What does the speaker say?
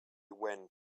went